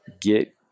get